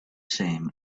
same